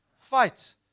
fight